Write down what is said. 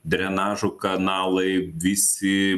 drenažo kanalai visi